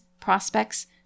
prospects